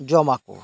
ᱡᱚᱢᱟ ᱠᱚ